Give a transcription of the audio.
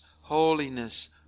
holiness